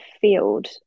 field